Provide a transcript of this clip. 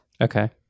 Okay